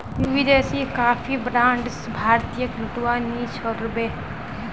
विदेशी coffee brands भारतीयेक लूटवा नी छोड़ बे